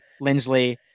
Lindsley